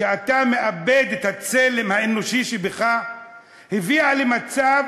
שאתה מאבד את הצלם האנושי שבך והביאה למצב